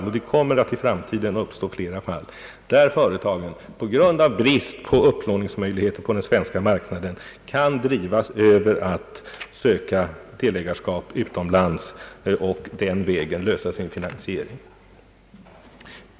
I framtiden kommer det i ökad omfattning att uppstå fall där företag på grund av brist på upplåningsmöjligheter på den svenska marknaden kan tvingas över till att söka delägarskap utomlands och den vägen lösa sin finansieringsfråga. Denna risk kan vi i varje fall delvis avvärja genom investeringsbanken.